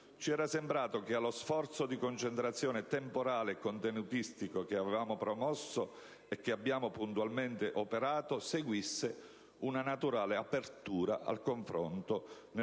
Ci era sembrato che allo sforzo di concentrazione temporale e contenutistico che avevamo promosso e che abbiamo puntualmente operato, seguisse una naturale apertura al confronto